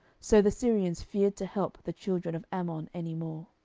so the syrians feared to help the children of ammon any more.